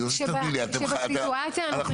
אני רוצה שתביני --- שבסיטואציה הנוכחית --- אנחנו